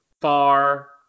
far